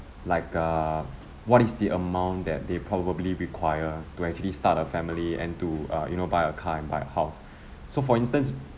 like err what is the amount that they probably require to actually start a family and to uh you know buy a car and buy a house so for instance